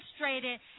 demonstrated